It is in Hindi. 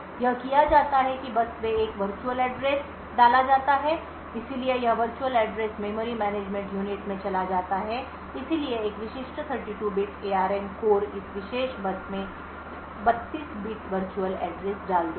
यह किया जाता है कि बस में एक वर्चुअल एड्रेस डाला जाता है इसलिए यह virtual address memory management unit में चला जाता है इसलिए एक विशिष्ट 32 बिट एआरएम कोर इस विशेष बस में 32 बिट वर्चुअल एड्रेस डाल देगा